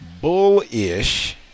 bullish